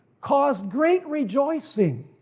caused great rejoicing